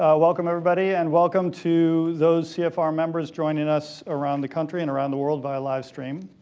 ah welcome everybody and welcome to those cfr members joining us around the country and around the world via livestream.